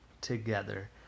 together